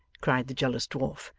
cried the jealous dwarf,